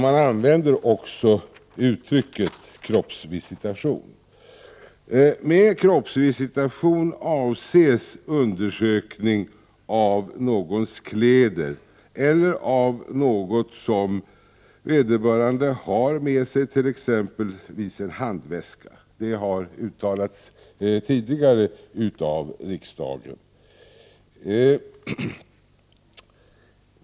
Man använder också uttrycket kroppsvisitation. Med kroppsvisitation avses undersökning av någons kläder eller av något som vederbörande har med sig, t.ex. i en handväska. Detta har uttalats tidigare av riksdagen.